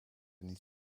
niet